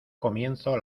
comienzo